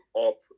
up